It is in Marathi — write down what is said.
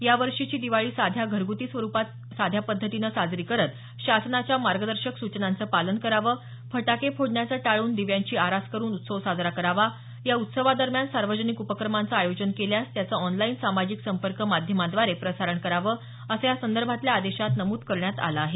यावर्षीची दिवाळी साध्या घरग्रती स्वरुपात साध्या पद्धतीनं साजरी करत शासनाच्या मार्गदर्शक सूचनांचं पालन करावं फटाके फोडण्याचं टाळून दिव्यांची आरास करुन उत्सव साजरा करावा या उत्सवा दरम्यान सार्वजनिक उपक्रमांचं आयोजन केल्यास त्याचं ऑनलाईन सामाजिक संपर्क माध्यमांद्वारे प्रसारण करावं असं या संदर्भातल्या आदेशात नमूद करण्यात आलं आहे